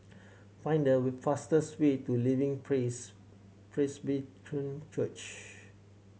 find the way fastest way to Living Praise Presbyterian Church